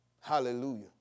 Hallelujah